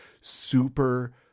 super